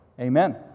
Amen